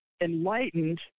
enlightened